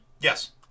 Yes